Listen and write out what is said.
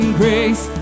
grace